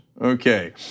Okay